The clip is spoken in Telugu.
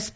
ఎస్